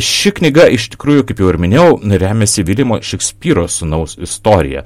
ši knyga iš tikrųjų kaip jau ir minėjau remiasi viljamo šekspyro sūnaus istorija